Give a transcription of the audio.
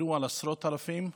דיברו על עשרות אלפים,